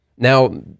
Now